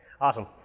awesome